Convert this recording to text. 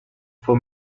for